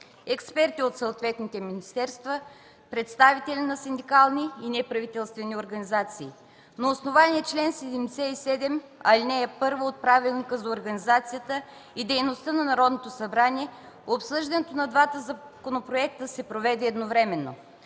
експерти от съответните министерства, представители на синдикални и неправителствени организации. На основание чл. 77, ал. 1 от Правилника за организацията и дейността на Народното събрание обсъждането на двата законопроекта се проведе едновременно.